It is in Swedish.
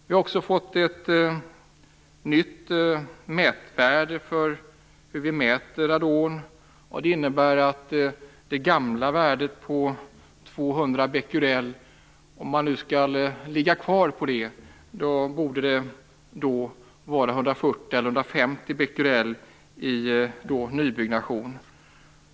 Vi har också fått ett nytt mätvärde för hur vi mäter radonhalt, och det innebär att om man skall ligga kvar på motsvarande det gamla värdet på 200 becquerel borde värdet nu vara 140 eller 150 becquerel i nybyggnation.